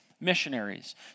missionaries